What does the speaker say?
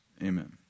Amen